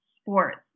sports